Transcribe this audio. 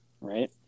Right